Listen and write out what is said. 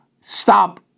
stop